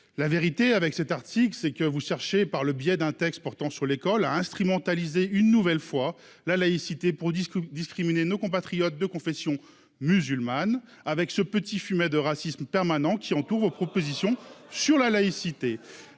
La vérité est que vous cherchez au travers de cet article et d'un texte portant sur l'école à instrumentaliser une nouvelle fois la laïcité pour discriminer nos compatriotes de confession musulmane. Un petit fumet de racisme permanent entoure vos propositions sur la laïcité.